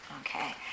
Okay